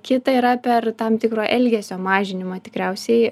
kita yra per tam tikro elgesio mažinimą tikriausiai